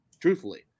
truthfully